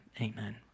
Amen